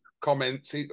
comments